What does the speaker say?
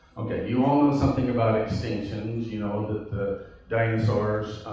ok, you all know something about extinctions. you know that the dinosaurs